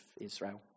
Israel